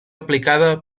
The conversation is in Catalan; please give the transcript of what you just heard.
aplicada